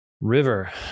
River